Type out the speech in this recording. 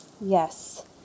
Yes